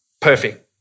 perfect